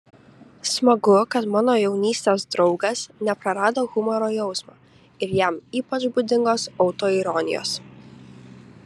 smagu kad mano jaunystės draugas neprarado humoro jausmo ir jam ypač būdingos autoironijos